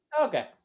Okay